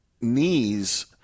knees